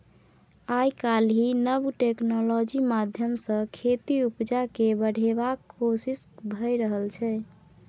आइ काल्हि नब टेक्नोलॉजी माध्यमसँ खेतीक उपजा केँ बढ़ेबाक कोशिश भए रहल छै